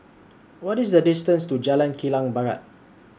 What IS The distance to Jalan Kilang Barat